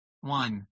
one